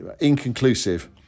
inconclusive